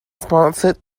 sponsored